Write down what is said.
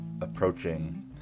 approaching